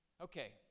Okay